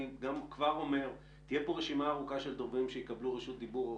אני כבר אומר שתהיה פה רשימה ארוכה של דוברים שיקבלו רשות דיבור,